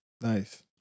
Nice